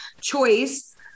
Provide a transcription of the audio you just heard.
choice